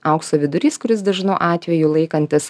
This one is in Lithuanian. aukso vidurys kuris dažnu atveju laikantis